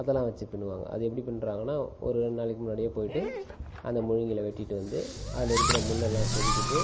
அதெல்லாம் வச்சு பின்னுவாங்க அது எப்படி பின்னுறாங்கன்னா ஒரு ரெண்டு நாளைக்கு முன்னாடியே போய்விட்டு அந்த மூங்கிலை வெட்டிவிட்டு வந்து அதில் இருக்கிற முள்ளையெல்லாம் செதுக்கிட்டு